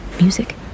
music